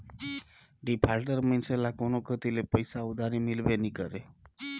defaulter मइनसे ल कोनो कती ले पइसा उधारी मिलबे नी करे